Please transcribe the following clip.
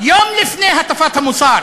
יום לפני הטפת המוסר